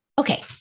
Okay